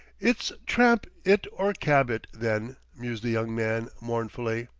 it's tramp it or cab it, then, mused the young man mournfully,